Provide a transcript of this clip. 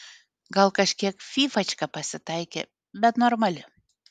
gal kažkiek fyfačka pasitaikė bet normali